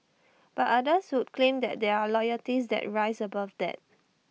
but others would claim that there are loyalties that rise above that